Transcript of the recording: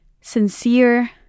sincere